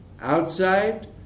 outside